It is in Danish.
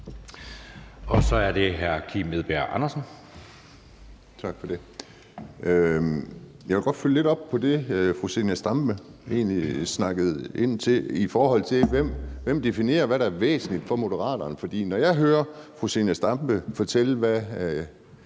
Kl. 19:07 Kim Edberg Andersen (NB): Tak for det. Jeg vil godt følge lidt op på det, fru Zenia Stampe snakkede om, i forhold til hvem der definerer, hvad der er væsentligt for Moderaterne. For når jeg hører fru Zenia Stampe fortælle, hvad